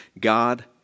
God